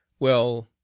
well,